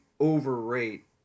overrate